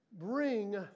bring